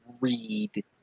read